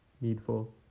needful